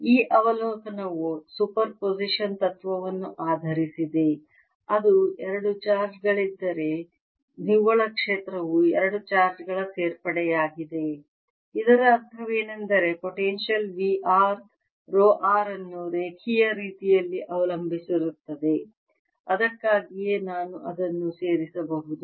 ಈ ಅವಲೋಕನವು ಸೂಪರ್ಪೋಸಿಷನ್ ತತ್ವವನ್ನು ಆಧರಿಸಿದೆ ಅದು ಎರಡು ಚಾರ್ಜ್ ಗಳಿದ್ದರೆ ನಿವ್ವಳ ಕ್ಷೇತ್ರವು ಎರಡು ಕ್ಷೇತ್ರಗಳ ಸೇರ್ಪಡೆಯಾಗಿದೆ ಇದರ ಅರ್ಥವೇನೆಂದರೆ potential V r rho r ಅನ್ನು ರೇಖೀಯ ರೀತಿಯಲ್ಲಿ ಅವಲಂಬಿಸಿರುತ್ತದೆ ಅದಕ್ಕಾಗಿಯೇ ನಾನು ಅದನ್ನು ಸೇರಿಸಬಹುದು